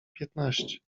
piętnaście